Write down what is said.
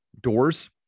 doors